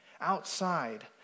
outside